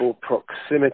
proximity